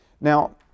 Now